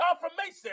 confirmation